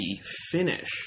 finish